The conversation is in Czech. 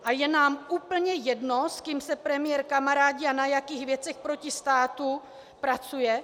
A je nám úplně jedno, s kým se premiér kamarádí a na jakých věcech proti státu pracuje?